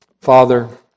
Father